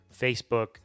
Facebook